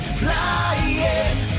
flying